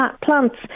plants